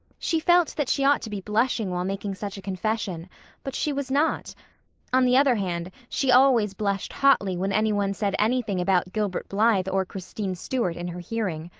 she felt that she ought to be blushing while making such a confession but she was not on the other hand, she always blushed hotly when any one said anything about gilbert blythe or christine stuart in her hearing.